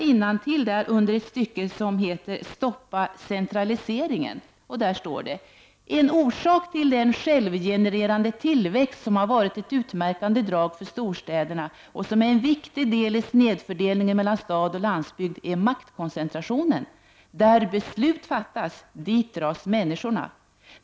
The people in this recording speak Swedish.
I ett stycke med rubriken Stoppa centraliseringen skriver man: ”En orsak till den självgenererande tillväxt som har varit ett utmärkande drag för storstäderna och som är en viktig del i snedfördelningen mellan stad och landsbygd, är maktkoncentrationen. Där beslut fattas, dit dras människorna.